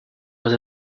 was